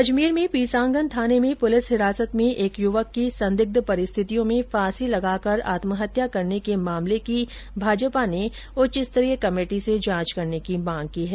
अजमेर में पीसांगन थाने में पुलिस हिरासत में एक युवक की संदिग्ध परिस्थितियों में फांसी लगाकर आत्महत्या करने के मामले की भाजपा ने उच्च स्तरीय कमेटी से जांच करने की मांग की है